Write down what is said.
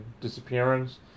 disappearance